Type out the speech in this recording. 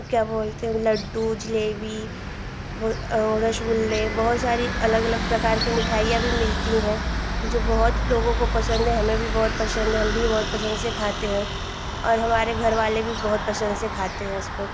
क्या बोलते हैं लड्डू जलेबी यह रसगुल्ले बहुत सारी अलग अलग प्रकार की मिठाइयाँ भी मिलती हैं जो बहुत लोगों को पसन्द हैं हमें भी बहुत पसन्द है हम भी बहुत पसन्द से खाते हैं और हमारे घरवाले भी बहुत पसन्द से खाते हैं उसको